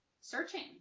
searching